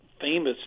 famous